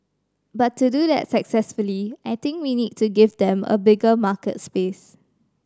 but to do that successfully I think we need to give them a bigger market space